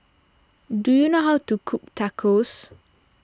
do you know how to cook Tacos